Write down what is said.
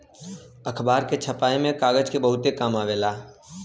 अखबार के छपाई में कागज के बहुते काम आवेला